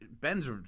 Ben's